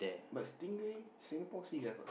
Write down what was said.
but stingray Singapore still have ah